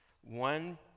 One